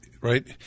right